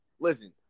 Listen